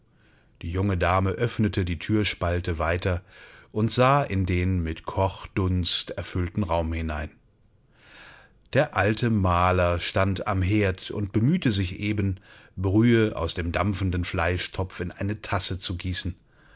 die junge dame öffnete die thürspalte weiter und sah in den mit kochdunst erfüllten raum hinein der alte maler stand am herd und bemühte sich eben brühe aus dem dampfenden fleischtopf in eine tasse zu gießen